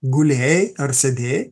gulėjai ar sėdėjai